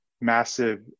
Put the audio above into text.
massive